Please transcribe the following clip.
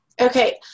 Okay